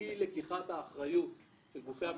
אי לקיחת האחריות של גופי הממשלה,